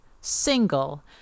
single